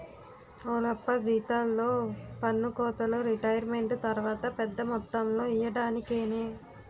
ఓలప్పా జీతాల్లో పన్నుకోతలు రిటైరుమెంటు తర్వాత పెద్ద మొత్తంలో ఇయ్యడానికేనే